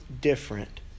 different